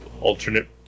alternate